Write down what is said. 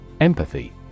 Empathy